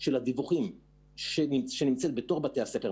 של הדיווחים שנמצאת בתוך בתי הספר,